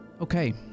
okay